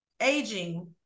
aging